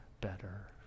better